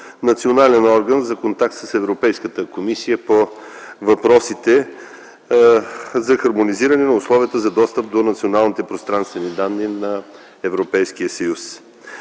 национален орган за контакт с Европейската комисия по въпросите за хармонизиране условията за достъп до националните пространствени данни на Европейския съюз.